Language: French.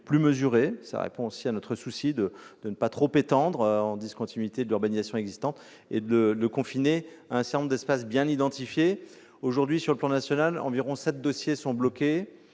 plus mesurée, qui répond à notre souci de ne pas trop étendre leur implantation en discontinuité de l'urbanisation existante et de la confiner à un certain nombre d'espaces bien identifiés. À l'heure actuelle, sur le plan national, environ sept dossiers sont bloqués